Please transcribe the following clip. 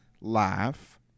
laugh